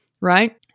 right